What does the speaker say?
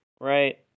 Right